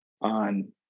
on